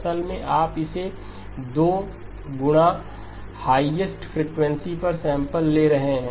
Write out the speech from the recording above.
असल में आप इसे दो गुणा हाईएस्ट फ्रीक्वेंसी कंटेंट पर सैंपल ले रहे हैं